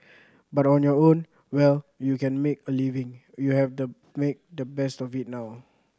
but on your own well you can make a living you have the make the best of it now